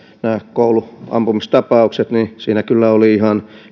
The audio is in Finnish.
kouluampumistapaukset niin niissä kyllä oli